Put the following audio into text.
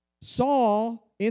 Saul